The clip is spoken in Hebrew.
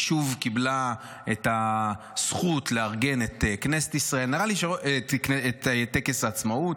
היא שוב קיבלה את הזכות לארגן את טקס העצמאות.